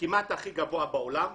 כמעט הכי גבוה בעולם.